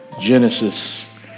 Genesis